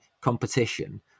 competition